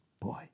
Boy